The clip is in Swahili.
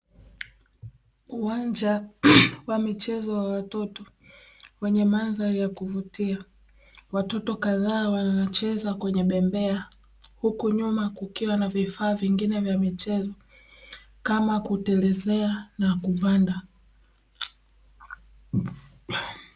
Uwanja wa michezo wa watoto wenye mandhari ya kuvutia, watoto kadhaa wanacheza kwenye bembea, huku nyuma kukiwa na vifaa vingine vya michezo kama kutelezea na kupanda.